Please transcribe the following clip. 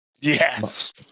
Yes